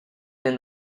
been